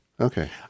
Okay